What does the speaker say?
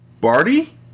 Barty